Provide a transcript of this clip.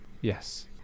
Yes